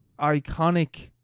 iconic